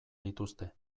dituzte